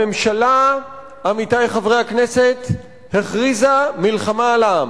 הממשלה, עמיתי חברי הכנסת, הכריזה מלחמה על העם,